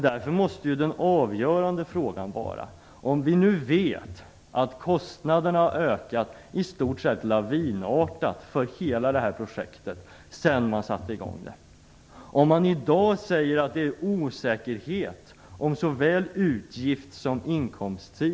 Så till den avgörande frågan. Vi vet att kostnaderna för hela det här projektet har ökat i stort sett lavinartat sedan det startades. I dag säger man att det råder osäkerhet på såväl utgifts som inkomstsidan.